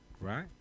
right